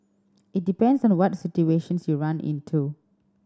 it depends on what situations you run into